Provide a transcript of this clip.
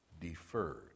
deferred